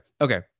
okay